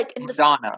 Madonna